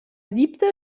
siebte